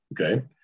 Okay